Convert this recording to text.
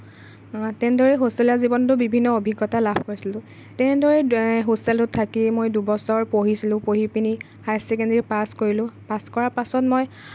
তেনেদৰে হোষ্টেলীয়া জীৱনটোত বিভিন্ন অভিজ্ঞতা লাভ কৰিছিলোঁ তেনেদৰেই হোষ্টেলত থাকি মই দুবছৰ পঢ়িছিলোঁ পঢ়িপিনি হায়াৰ চেকেণ্ডেৰী পাছ কৰিলোঁ পাছ কৰাৰ পাছত মই